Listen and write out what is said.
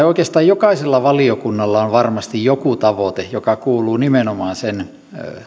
oikeastaan jokaisella valiokunnalla on varmasti joku tavoite joka kuuluu nimenomaan sen